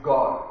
God